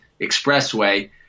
Expressway